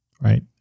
Right